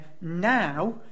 now